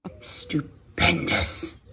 Stupendous